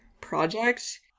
project